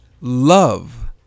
love